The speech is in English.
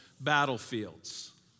battlefields